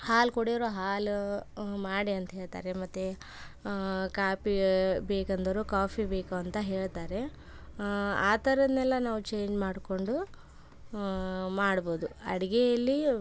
ಹಾಲು ಕುಡಿಯೋರು ಹಾಲು ಮಾಡಿ ಅಂತ ಹೇಳ್ತಾರೆ ಮತ್ತು ಕಾಪಿ ಬೇಕಂದವರು ಕಾಫಿ ಬೇಕು ಅಂತ ಹೇಳ್ತಾರೆ ಆ ಥರದ್ದನ್ನೆಲ್ಲ ನಾವು ಚೇಂಜ್ ಮಾಡಿಕೊಂಡು ಮಾಡ್ಬೋದು ಅಡುಗೆಯಲ್ಲಿ